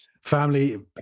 family